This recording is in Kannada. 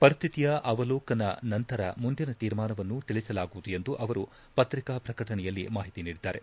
ಪರಿಸ್ಥಿತಿಯ ಅವಲೋಕನ ನಂತರ ಮುಂದಿನ ತೀರ್ಮಾನವನ್ನು ತಿಳಿಸಲಾಗುವುದು ಎಂದು ಅವರು ಪತ್ರಿಕಾ ಪ್ರಕಟಣೆಯಲ್ಲಿ ಮಾಹಿತಿ ನೀಡಿದ್ದಾರೆ